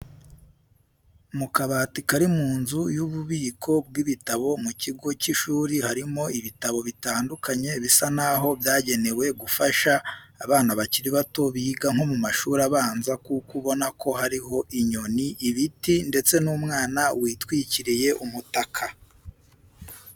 Mu kabati kari mu nzu y'ububiko bw'ibitabo mu kigo cy'ishuri harimo ibitabo bitandukanye bisa naho byagenewe gufasha abana bakiri bato biga nko mu mashuri abanza kuko ubona ko hariho inyoni, ibiti ndetse n'umwana witwikiriye umutaka.